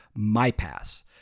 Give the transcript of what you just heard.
MyPass